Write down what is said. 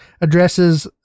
addresses